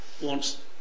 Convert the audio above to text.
wants